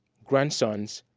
grandsons,